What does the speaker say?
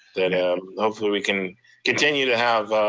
then ah hopefully we can continue to have